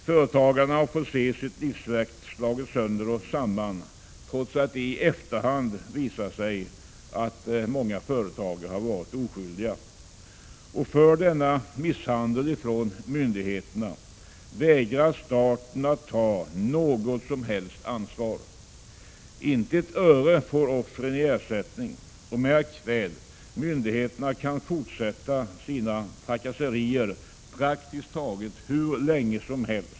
Företagare har fått se sitt livsverk slaget sönder och samman, trots att det i efterhand visat sig att många företagare har varit oskyldiga. Och för denna misshandel från myndigheterna vägrar staten ta något som helst ansvar. Inte ett öre får offren i ersättning. Och märk väl: Myndigheterna kan fortsätta sina trakasserier praktiskt taget hur länge som helst.